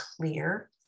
clear